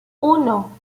uno